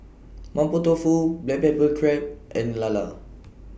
Mapo Tofu Black Pepper Crab and Lala